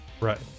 Right